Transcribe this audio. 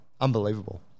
unbelievable